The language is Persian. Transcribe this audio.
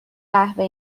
قهوه